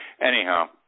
Anyhow